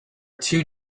two